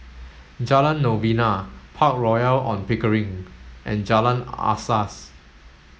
Jalan Novena Park Royal On Pickering and Jalan Asas